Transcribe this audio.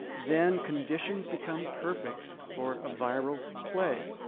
then conditions become perfect for a viral plague.